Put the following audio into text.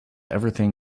everything